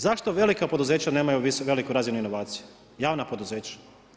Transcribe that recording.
Zašto velika poduzeća nemaju veliku razinu inovacije, javna poduzeća?